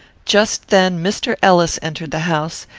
just then mr. ellis entered the house,